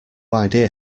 idea